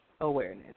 awareness